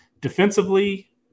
Defensively